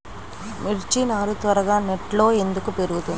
మిర్చి నారు త్వరగా నెట్లో ఎందుకు పెరుగుతుంది?